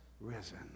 risen